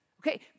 Okay